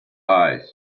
eyes